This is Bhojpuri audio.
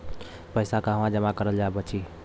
पैसा कहवा जमा करब त बची?